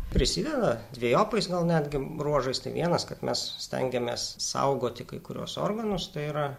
prisideda dvejopais gal netgi bruožais tai vienas kad mes stengiamės saugoti kai kuriuos organus tai yra